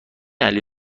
علی